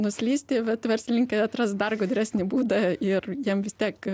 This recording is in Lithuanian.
nuslysti bet verslininkė atras dar gudresnį būdą ir jam vis tiek